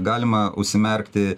galima užsimerkti